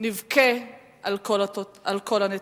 נבכה על כל הנתונים.